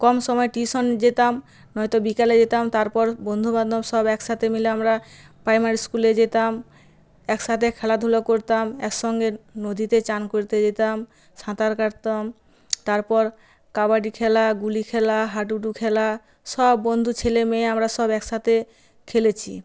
কম সময় টিউশন যেতাম নয়তো বিকালে যেতাম তারপর বন্ধুবান্ধব সব একসাথে মিলে আমরা প্রাইমারি স্কুলে যেতাম একসাথে খেলাধূলা করতাম একসঙ্গে নদীতে চান করতে যেতাম সাঁতার কাটতাম তারপর কাবাডি খেলা গুলি খেলা হাডুডু খেলা সব বন্ধু ছেলে মেয়ে আমরা সব একসাথে খেলেছি